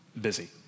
busy